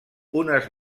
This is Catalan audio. unes